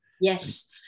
Yes